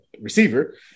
receiver